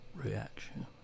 reaction